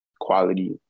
quality